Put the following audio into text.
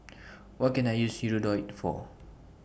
What Can I use Hirudoid For